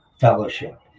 fellowship